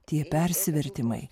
tie persivertimai